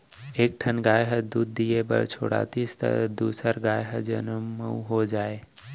एक ठन गाय ह दूद दिये बर छोड़ातिस त दूसर गाय हर जनमउ हो जाए